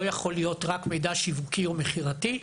יכול להיות רק מידע שיווקי או מכירתי,